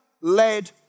led